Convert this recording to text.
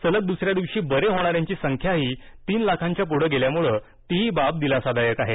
सलग दुसऱ्या दिवशी बरे होणाऱ्यांची संख्याही तीन लाखांच्या पुढं गेल्यानं तीही बाब दिलासादायक आहे